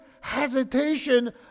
hesitation